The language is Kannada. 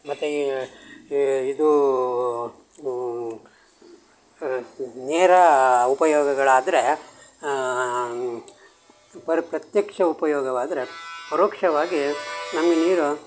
ಮತ್ತು ಈ ಈ ಇದು ನೇರ ಉಪಯೋಗಗಳು ಆದರೆ ಪರ್ ಪ್ರತ್ಯಕ್ಷ ಉಪಯೋಗವಾದರೆ ಪರೋಕ್ಷವಾಗಿ ನಮ್ಗೆ ನೀರು